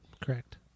Correct